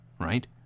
right